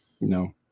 No